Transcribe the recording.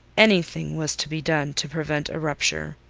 any thing was to be done to prevent a rupture.